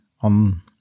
on